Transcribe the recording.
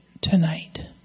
tonight